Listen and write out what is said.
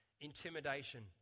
intimidation